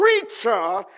creature